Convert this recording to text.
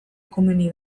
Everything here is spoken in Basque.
komeni